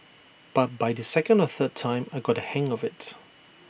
but by the second or third time I got the hang of IT